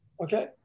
Okay